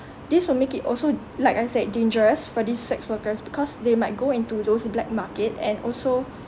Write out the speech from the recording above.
this will make it also like I said dangerous for these sex workers because they might go into those black market and also